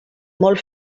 molt